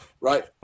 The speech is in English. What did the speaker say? right